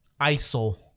ISIL